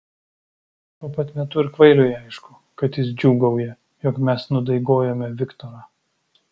tuo pat metu ir kvailiui aišku kad jis džiūgauja jog mes nudaigojome viktorą